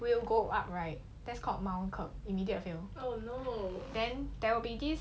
will go up right that's called mount ke immediate fail then there will be this